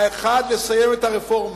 האחד, לסיים את הרפורמה.